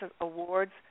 awards